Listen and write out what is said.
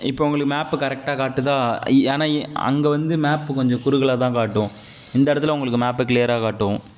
இப்போ உங்களுக்கு மேப் கரெக்டாக காட்டுதா இ ஏன்னா இ அங்கே வந்து மேப் கொஞ்சம் குறுக்கலாக தான் காட்டும் இந்த இடத்துல உங்களுக்கு மேப் கிளியராக காட்டும்